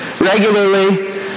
regularly